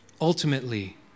ultimately